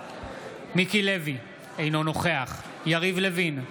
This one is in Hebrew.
מיקי לוי, אינו נוכח יריב לוין,